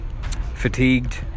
fatigued